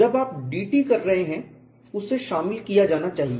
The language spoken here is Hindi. जब आप DT कर रहे हैं उसे शामिल किया जाना चाहिए